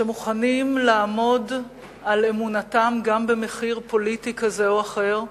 שמוכנים לעמוד על אמונתם גם במחיר פוליטי כזה או אחר,